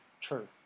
true